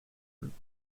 groups